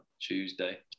Tuesday